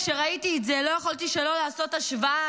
כשראיתי את זה לא יכולתי שלא לעשות השוואה